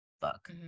book